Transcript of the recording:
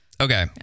Okay